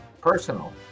personal